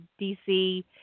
DC